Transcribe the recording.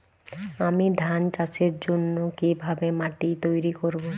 আমি ধান চাষের জন্য কি ভাবে মাটি তৈরী করব?